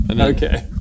Okay